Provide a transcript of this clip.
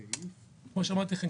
כמו שאמרתי לכם,